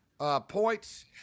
points